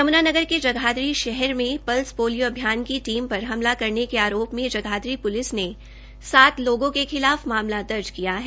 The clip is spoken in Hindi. यम्नानगर के जगाधरी शहर में पल्स पोलियों अभियान की टीम पर हमला करने के आरोप में जगाधरी प्लिस ने सात लोगों के खिलाफ मामला दर्ज किया है